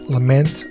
Lament